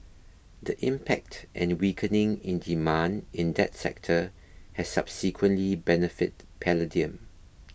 the impact and weakening in demand in that sector has subsequently benefited palladium